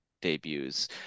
debuts